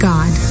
God